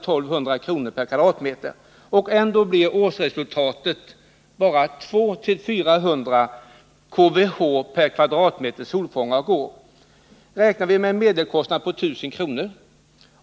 200:- m?